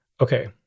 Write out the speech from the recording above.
Okay